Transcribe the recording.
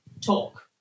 talk